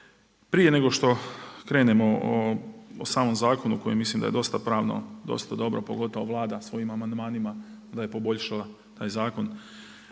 Prije nego što krenemo o samom zakonu koji mislim da je dosta pravno, dosta dobro, pogotovo Vlada svojim amandmanima da je poboljšala taj zakon.